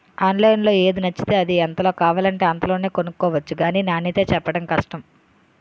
ఆన్లైన్లో ఏది నచ్చితే అది, ఎంతలో కావాలంటే అంతలోనే కొనుక్కొవచ్చు గానీ నాణ్యతే చెప్పడం కష్టం